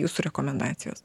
jūsų rekomendacijos